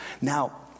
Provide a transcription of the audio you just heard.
Now